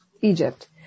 Egypt